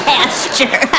Pasture